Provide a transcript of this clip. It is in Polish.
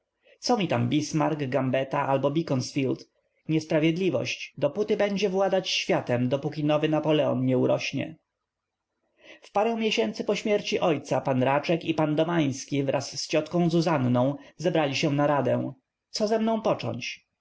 co mi tam bismark gambeta albo beaconsfield niesprawiedliwość dopóty będzie władać światem dopóki nowy napoleon nie urośnie w parę miesięcy po śmierci ojca p raczek i p domański wraz z ciotką zuzanną zebrali się na radę co ze mną począć